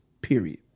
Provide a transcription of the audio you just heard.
period